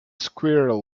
squirrel